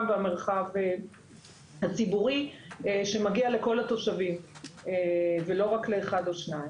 והמרחב הציבורי שמגיע לכל התושבים ולא רק לאחד או שניים.